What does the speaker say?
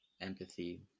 empathy